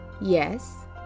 yes